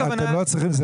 יש